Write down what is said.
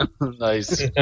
Nice